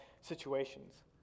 situations